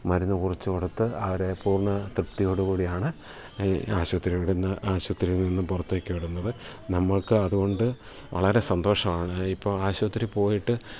മരുന്ന് കുറിച്ചു കൊടുത്ത് അവരെ പൂർണ്ണ തൃപ്തിയോട് കൂടിയാണ് ഈ ആശുപത്രി കടന്നു ആശുപത്രിയിൽ നിന്ന് പുറത്തേക്ക് വിടുന്നത് നമ്മൾക്ക് അതുകൊണ്ട് വളരെ സന്തോഷമാണ് ഇപ്പോൾ ആശുപത്രിയിൽ പോയിട്ട്